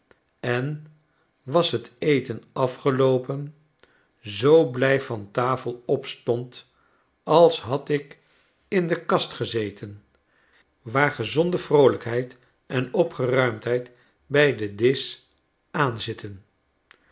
en was het eten afgeloopen zoo blij van tafel opstond als had ik in de kast gezeten waar gezonde vroolykheid en opgeruimdheid bij den diseh aanzitten